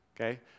Okay